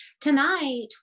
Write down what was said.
Tonight